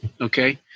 Okay